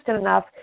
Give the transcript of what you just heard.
enough